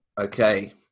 Okay